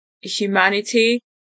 humanity